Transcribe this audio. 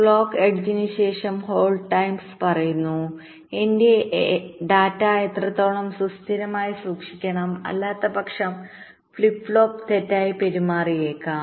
clock എഡ്ജിന്ശേഷം hold times പറയുന്നു എന്റെ ഡാറ്റ എത്രത്തോളം സുസ്ഥിരമായി സൂക്ഷിക്കണം അല്ലാത്തപക്ഷം ഫ്ലിപ്പ് ഫ്ലോപ്പ് തെറ്റായി പെരുമാറിയേക്കാം